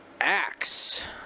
Axe